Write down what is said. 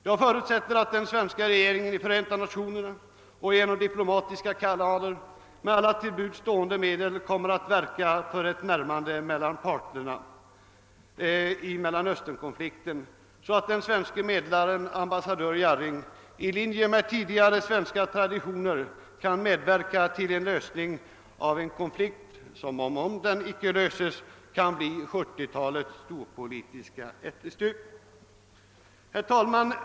Jag förutsätter att den svenska regeringen i Förenta nationerna och genom diplomatiska kanaler med alla till buds stående medel kommer att verka för ell närmande mellan parterna i Mellanösternkonflikten, så att den svenske medlaren, ambassadör Jarring, i linje med svensk tradition kan medverka till lösningen av en konflikt som, om den icke skulle lösas, kan bli 1970-talets storpolitiska ättestupa. Herr talman!